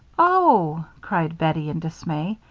oh! cried bettie, in dismay,